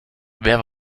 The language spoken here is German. wer